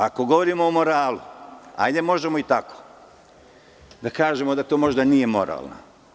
Ako govorimo o moralu, hajde možemo i tako, da kažemo da to možda nije moralno.